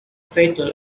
fatal